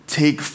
take